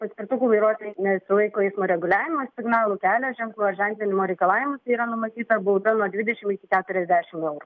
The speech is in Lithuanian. paspirtukų vairuotojai nesilaiko eismo reguliavimo signalų kelio ženklų ar ženklinimo reikalavimų tai yra numatyta bauda nuo dvidešim iki keturiasdešim eurų